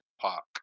Park